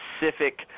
specific